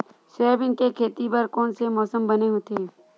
Soybean के खेती बर कोन से मौसम बने होथे?